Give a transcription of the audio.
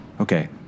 Okay